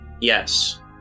Yes